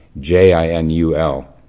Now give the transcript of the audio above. J-I-N-U-L